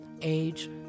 age